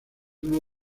uno